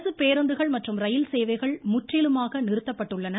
அரசுப்பேருந்துகள் மற்றும் ரயில் சேவைகள் முற்றிலுமாக நிறுத்தப்பட்டுள்ளன